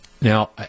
Now